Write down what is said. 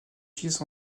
fils